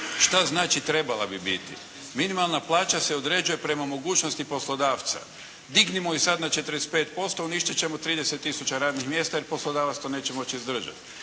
Šta znači trebala bi biti. Minimalna plaća se određuje prema mogućnosti poslodavca. Dignimo sada na 45% uništiti ćemo 30 tisuća radnih mjesta jer poslodavac to neće moći izdržati.